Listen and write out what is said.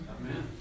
Amen